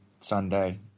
Sunday